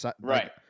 Right